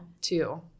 Two